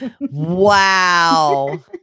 Wow